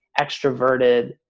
extroverted